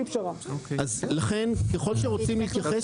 אז לכן ככל שאתם רוצים להתייחס,